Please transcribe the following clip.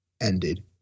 ended